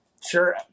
sure